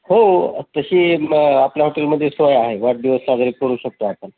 हो तशी मग आपल्या हॉटेलमध्ये सोय आहे वाढदिवस साजरे करू शकतो आपण